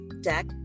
Deck